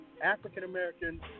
African-American